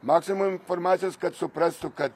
maksimum informacijos kad suprastų kad